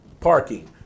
Parking